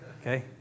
okay